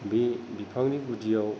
बे बिफांनि गुदियाव